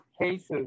cases